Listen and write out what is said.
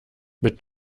mit